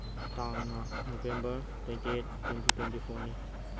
ꯇꯥꯡꯅ November twenty eight twenty twenty ꯐꯣꯔꯅꯤ